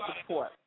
support